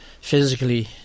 physically